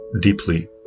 deeply